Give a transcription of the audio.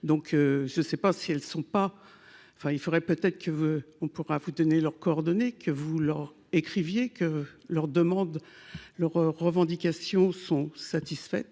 je ne sais pas si elles sont pas enfin il faudrait peut-être que veut on pourra vous donner leurs coordonnées que vous l'écriviez que leur demande leurs revendications sont satisfaites,